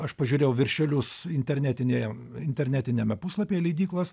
aš pažiūrėjau viršelius internetinėje internetiniame puslapyje leidyklos